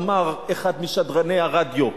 אמר אחד משדרני הרדיו.